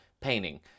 painting